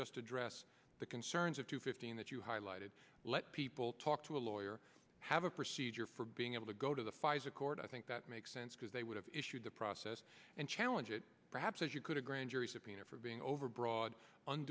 just address the concerns of two fifteen that you highlighted let people talk to a lawyer have a procedure for being able to go to the pfizer court i think that makes sense because they would have issued the process and challenge it perhaps as you could a grand jury subpoena for being overbroad